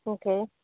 okay